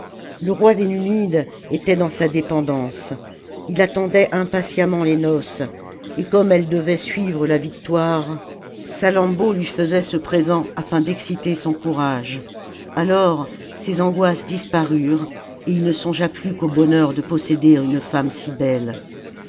le roi des numides était dans sa dépendance il attendait impatiemment les noces et comme elles devaient suivre la victoire salammbô lui faisait ce présent afin d'exciter son courage alors ses angoisses disparurent et il ne songea plus qu'au bonheur de posséder une femme si belle